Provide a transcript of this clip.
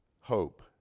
hope